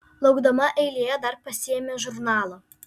laukdama eilėje dar pasiėmė žurnalą